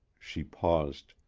she paused.